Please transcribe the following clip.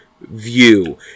view